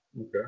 Okay